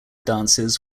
dances